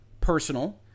personal